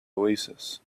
oasis